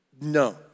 No